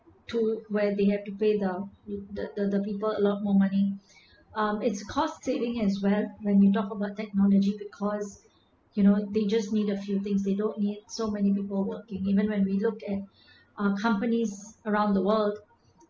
to where they have to pay the the the people a lot more money um its cost saving as well when you talk about technology because you know they just need a few things they don't need so many people working even when we look at uh companies around the world